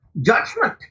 judgment